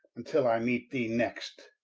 vntill i meet thee next.